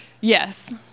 yes